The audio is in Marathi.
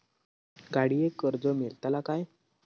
गाडयेक कर्ज मेलतला काय?